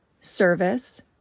service